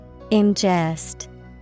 Ingest